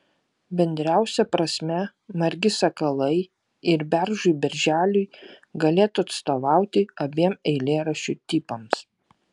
bendriausia prasme margi sakalai ir beržui berželiui galėtų atstovauti abiem eilėraščių tipams